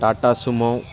Tata Sumo